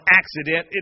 accident